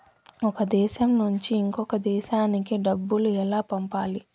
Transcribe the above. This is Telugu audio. ఒక దేశం నుంచి ఇంకొక దేశానికి డబ్బులు ఎలా పంపాలి?